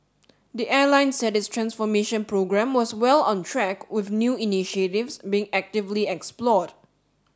the airline said its transformation programme was well on track with new initiatives being actively explored